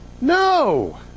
No